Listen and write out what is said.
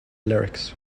lyrics